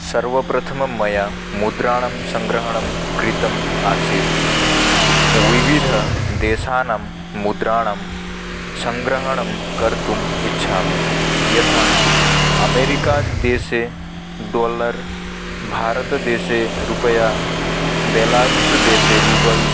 सर्वप्रथमं मया मुद्राणां सङ्ग्रहणं कृतम् आसीत् विविधदेशानां मुद्राणां सङ्ग्रहणं कर्तुम् इच्छामि यथा अमेरिकादेशे डोलर् भारतदेशे रुपया बेलारूसदेसे रूबल्